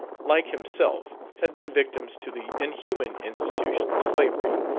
like himself, had been victims to the inhuman institution of slavery,